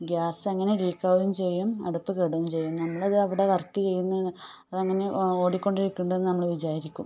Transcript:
gas അങ്ങനെ ലീക്കാവുകയും ചെയ്യും അടുപ്പ് കെടുകയും ചെയ്യും നമ്മൾ അവിടെ വർക്ക് ചെയ്യുന്നത് അത് അങ്ങനെ ഓടിക്കൊണ്ടിരിക്കുന്നുണ്ട് എന്ന് നമ്മൾ വിചാരിക്കും